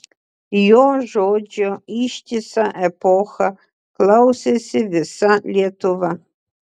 jo žodžio ištisą epochą klausėsi visa lietuva